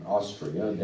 Austria